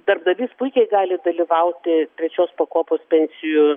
darbdavys puikiai gali dalyvauti trečios pakopos pensijų